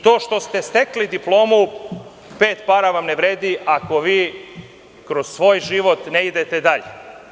To što ste stekli diplomu, pet para vam ne vredi ako vi kroz svoj život ne idete dalje.